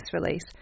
release